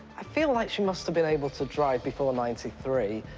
i feel like she must have been able to drive before ninety three.